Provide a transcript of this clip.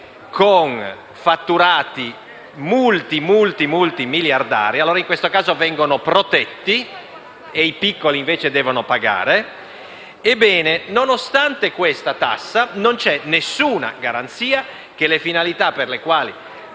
con fatturati multimiliardari, caso in cui vengono protetti mentre i piccoli devono pagare. Ebbene, nonostante questa tassa, non c'è nessuna garanzia che le finalità per le quali